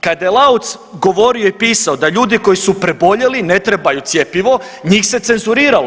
Kada je Lauc govorio i pisao da ljudi koji su preboljeli ne trebaju cjepivo njih se cenzuriralo.